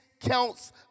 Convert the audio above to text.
counts